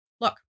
look